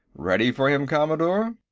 ready for him, commodore?